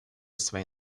свои